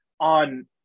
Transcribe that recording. on